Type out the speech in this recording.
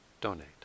donate